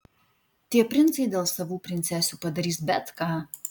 tie princai dėl savų princesių padarys bet ką